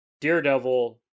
Daredevil